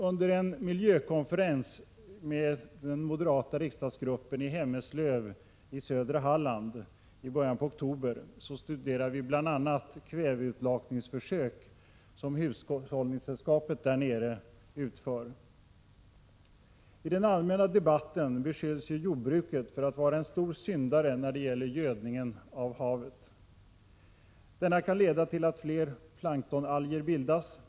Under en miljökonferens med den moderata riksdagsgruppen i Hemmeslöv i södra Halland i början av oktober studerade vi bl.a. de kväveutlakningsförsök som hushållningssällskapet utför. I den allmänna debatten beskylls ju jordbruket för att vara en stor syndare när det gäller gödningen av havet. Denna kan leda till att fler planktonalger bildas.